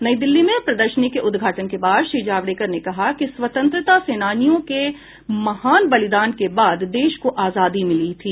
नई दिल्ली में प्रदर्शनी के उद्घाटन के बाद श्री जावडेकर ने कहा कि स्वतंत्रता सेनानियों के महान बलिदान के बाद देश को आजादी मिली थी